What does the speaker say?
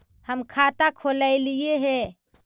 हम खाता खोलैलिये हे?